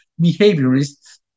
behaviorists